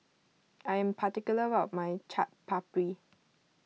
I am particular about my Chaat Papri